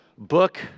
book